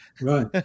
Right